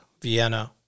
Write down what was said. Vienna